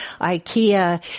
IKEA